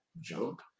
jump